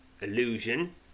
Illusion